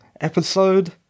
episode